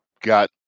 got